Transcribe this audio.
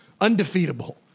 undefeatable